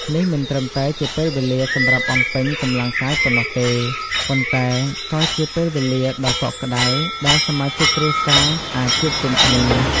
នេះមិនត្រឹមតែជាពេលវេលាសម្រាប់បំពេញកម្លាំងកាយប៉ុណ្ណោះទេ ប៉ុន្តែក៏ជាពេលវេលាដ៏កក់ក្តៅដែលសមាជិកគ្រួសារអាចជួបជុំគ្នា។